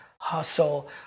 hustle